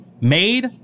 made